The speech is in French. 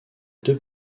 deux